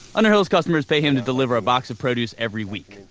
underhill's customers pay him to deliver a box of produce every week,